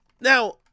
Now